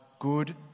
good